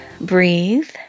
breathe